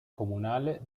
comunale